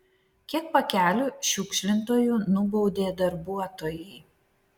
kiek pakelių šiukšlintojų nubaudė darbuotojai